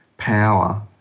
power